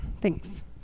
Thanks